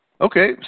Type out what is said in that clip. Okay